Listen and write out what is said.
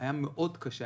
היה מאוד קשה,